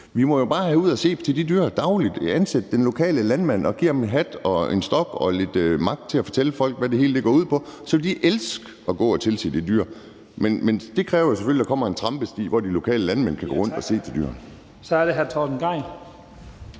Vi må jo bare ud og se til de dyr dagligt, og hvis vi ansætter den lokale landmand og giver ham en hat og en stok og lidt magt til at fortælle folk, hvad det hele går ud på, så vil de elske at gå og tilse de dyr. Men det kræver selvfølgelig, at der kommer en trampesti, hvor de lokale landmænd kan gå rundt og se til dyrene. Kl. 15:02 Første